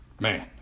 man